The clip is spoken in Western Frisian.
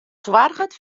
soarget